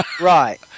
Right